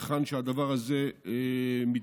היכן שהדבר הזה מתחייב.